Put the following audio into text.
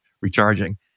recharging